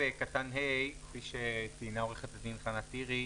כפי שציינה עורכת הדין חנה טירי,